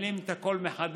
מתחילים את הכול מחדש.